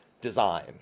design